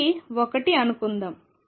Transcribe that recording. ఇది 1 అనుకుందాం